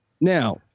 Now